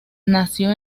nació